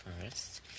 first